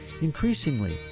Increasingly